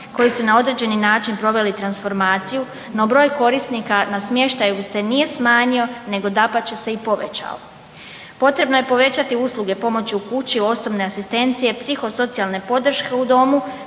koji su na određeni način proveli transformaciju, no broj korisnika na smještaju se nije smanjio nego dapače se i povećao. Potrebno je povećati usluge pomoć u kući, osobne asistencije, psihosocijalne podrške u domu